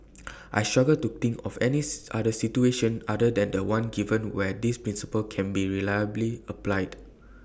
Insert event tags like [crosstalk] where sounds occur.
I struggle to think of any [noise] other situation other than The One given where this principle can be reliably applied